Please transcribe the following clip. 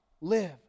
live